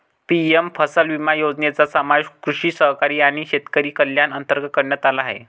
PM फसल विमा योजनेचा समावेश कृषी सहकारी आणि शेतकरी कल्याण अंतर्गत करण्यात आला आहे